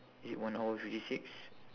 is it one hour fifty six